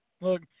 Look